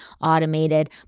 automated